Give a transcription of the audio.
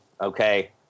Okay